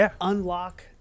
unlock